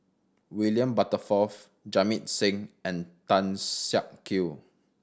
William Butterworth Jamit Singh and Tan Siak Kew